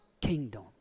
kingdom